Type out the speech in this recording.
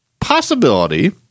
possibility